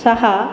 सः